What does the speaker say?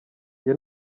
njye